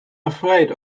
afraid